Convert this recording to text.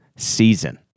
Season